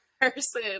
person